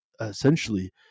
essentially